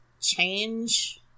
change